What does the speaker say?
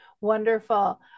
Wonderful